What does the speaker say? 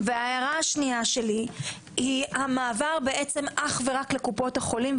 וההערה השנייה שלי היא המעבר בעצם אך ורק לקופות החולים,